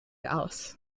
aus